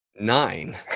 Nine